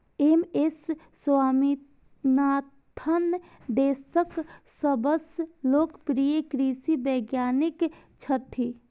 M S Swaminathan देशक सबसं लोकप्रिय कृषि वैज्ञानिक छथि